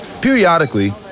Periodically